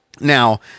Now